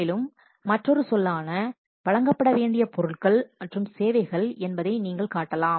மேலும் மற்றொரு சொல்லான வழங்கப்பட வேண்டிய பொருட்கள் மற்றும் சேவைகள் என்பதை நீங்கள் காட்டலாம்